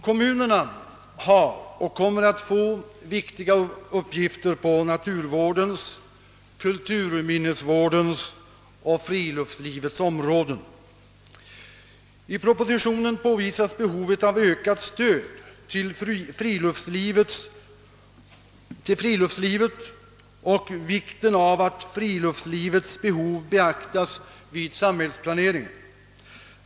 Kommunerna har och kommer att få viktiga uppgifter på naturvårdens, kulturminnesvårdens och friluftslivets områden. I propositionen påvisas behovet av ökat stöd till friluftslivet och vikten av att friluftslivets behov beaktas vid samhällsplaneringen.